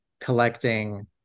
collecting